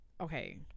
Okay